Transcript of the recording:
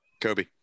Kobe